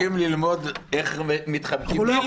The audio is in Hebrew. אנחנו עסוקים בללמוד איך מתחמקים --- כל